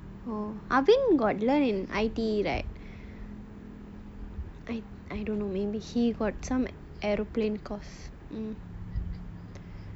arvin got learn in I_T_E right I I don't know maybe he got some aeroplane course